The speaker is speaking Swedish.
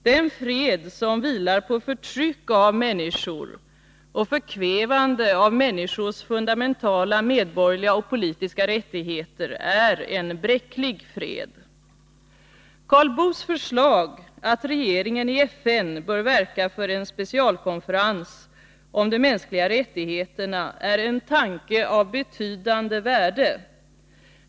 Den fred som vilar på förtryck av människor och förkvävande av människors fundamentala medborgerliga och politiska rättigheter är en bräcklig fred. Karl Boos förslag, att regeringen i FN bör verka för en specialkonferens om de mänskliga rättigheterna, är en tanke av betydande värde.